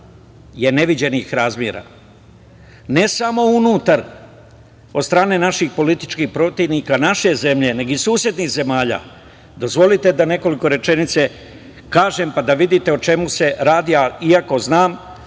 ne samo unutar, od strane naših političkih protivnika naše zemlje, nego i susednih zemalja.